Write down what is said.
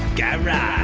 guy raz